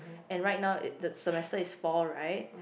and right now it the semester is four right